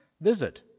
visit